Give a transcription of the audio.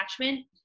attachment